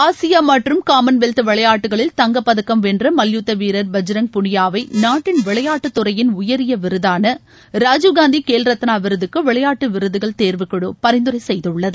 ஆசிய மற்றும் காமன்வெல்த் விளையாட்டுகளில் தங்கப்பதக்கம் வென்ற மல்யுத்த வீரர் பஜ்ரங் புனியா வை நாட்டின் விளையாட்டுத் துறையின் உயரிய விருதான ராஜீவ்காந்தி கேல் ரத்னா விருதுக்கு விளையாட்டு விருதுகள் தேர்வுக்குழு பரிந்துரை செய்துள்ளது